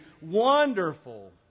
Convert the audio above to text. wonderful